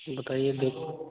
बताइए दे